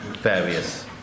various